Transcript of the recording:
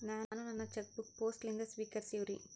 ನಾನು ನನ್ನ cheque book post ಲಿಂದ ಸ್ವೀಕರಿಸಿವ್ರಿ